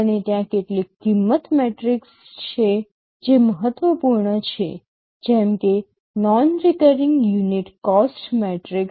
અને ત્યાં કેટલીક કોસ્ટ મેટ્રિક્સ છે જે મહત્વપૂર્ણ છે જેમ કે non recurring unit cost matrix